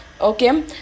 okay